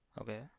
Okay